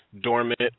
dormant